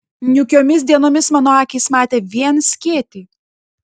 niūkiomis dienomis mano akys matė vien skėtį